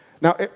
Now